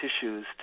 tissues